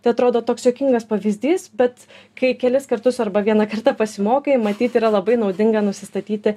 tai atrodo toks juokingas pavyzdys bet kai kelis kartus arba vieną kartą pasimokai matyt yra labai naudinga nusistatyti